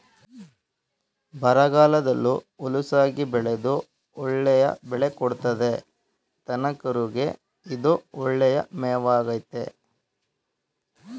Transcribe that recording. ಬರಗಾಲದಲ್ಲೂ ಹುಲುಸಾಗಿ ಬೆಳೆದು ಒಳ್ಳೆಯ ಬೆಳೆ ಕೊಡ್ತದೆ ದನಕರುಗೆ ಇದು ಒಳ್ಳೆಯ ಮೇವಾಗಾಯ್ತೆ